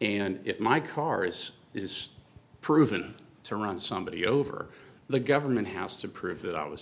and if my car's is proven to run somebody over the government house to prove that i was